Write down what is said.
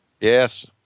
Yes